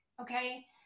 Okay